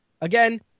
Again